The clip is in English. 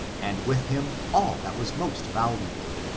and with him all that was most valuable,